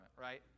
right